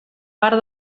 part